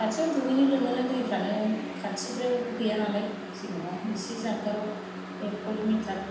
खाथियाव दुगैनो लोबनोनो दैफ्रानो खाथिद्रायावबो गैया नालाय जेन'बा एसे जानगाराव एक कल'मिटार